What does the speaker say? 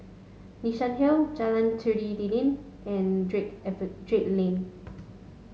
Nassim Hill Jalan Tari D Lilin and Drake Drake Lane